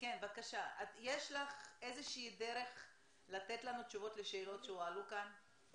יש לך איזה שהיא דרך לתת לנו תשובות לשאלות שהועלו כאן?